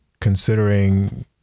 considering